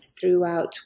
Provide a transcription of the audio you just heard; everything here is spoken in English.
throughout